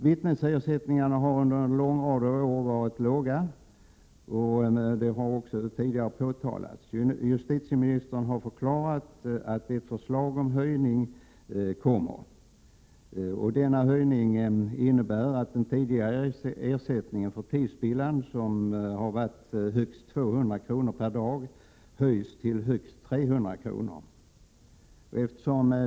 Vittnesersättningarna har under en lång rad av år varit låga. Detta har tidigare påtalats. Justitieministern har förklarat att ett förslag om höjning skall komma. Denna höjning innebär att den tidigare ersättningen för tidsspillan på 200 kr. per dag höjs till 300 kr.